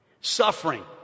Suffering